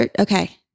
Okay